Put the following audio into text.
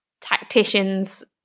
tacticians